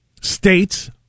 states